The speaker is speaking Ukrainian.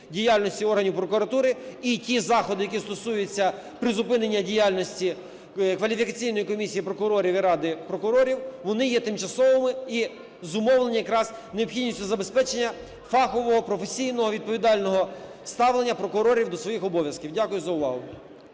діяльності органів прокуратури і ті заходи, які стосуються призупинення діяльності Кваліфікаційної комісії прокурорів, і Ради прокурорів, вони є тимчасовими і зумовлені якраз необхідністю забезпечення фахового, професійного, відповідального ставлення прокурорів до своїх обов'язків. Дякую за увагу.